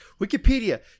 Wikipedia